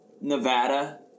nevada